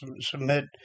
submit